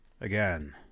again